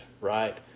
right